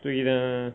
对 lah